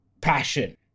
passion